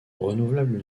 renouvelable